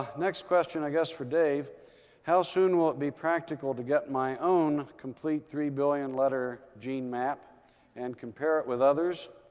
next question, i guess for dave how soon will it be practical to get my own complete three billion letter gene map and compare it with others,